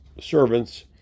servants